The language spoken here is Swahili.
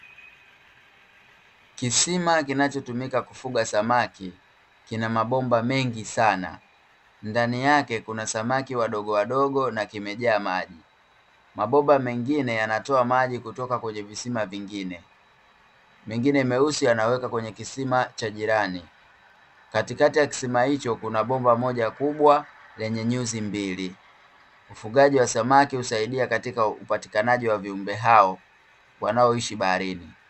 Kisima kinachotumika kufuga samaki kina mabomba mengi sana ndani yake kuna samaki wadogo wadogo na kimejaa maji, mabomba mengine yanatoa maji kutoka kwenye visima vingine, mengine meusi yanaweka kwenye kisima cha jirani katikati ya kisima hicho kuna bomba moja kubwa lenye nyuzi mbili, ufugaji wa samaki husaidia katika upatikanaji wa viumbe hao wanaoishi baharini .